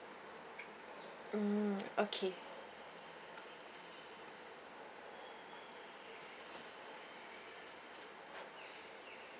mm okay